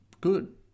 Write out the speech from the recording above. good